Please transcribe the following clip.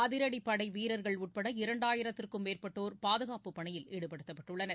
அதிரடிப்படை வீரர்கள் உட்பட இரண்டாயிரத்திற்கும் மேற்பட்டோர் பாதுகாப்பு பணியில் ஈடுபடுத்தப்பட்டுள்ளனர்